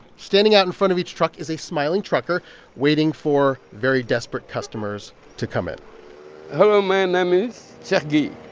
standing out in front of each truck is a smiling trucker waiting for very desperate customers to come in hello. my name is cheikh. cheikh